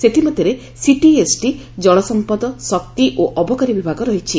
ସେଥିମଧ୍ଧରେ ସିଟିଏସ୍ଟି ଜଳସମ୍ମଦ ଶକ୍ତି ଓ ଅବକାରୀ ବିଭାଗ ରହିଛି